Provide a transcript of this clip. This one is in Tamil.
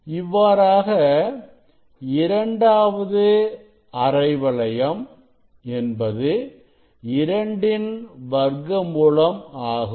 இவ்வாறாக இரண்டாவது அரை வளையம் என்பது இரண்டின் வர்க்கமூலம் ஆகும்